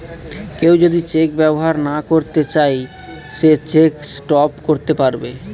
কেউ যদি চেক ব্যবহার না করতে চাই সে চেক স্টপ করতে পারবে